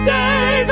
day